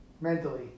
Mentally